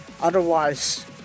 otherwise